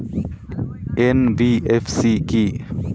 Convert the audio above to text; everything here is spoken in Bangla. এন.বি.এফ.সি কী?